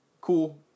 Cool